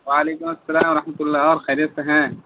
وعلیکم السلام و رحمة اللہ خیریت سے ہیں